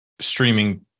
streaming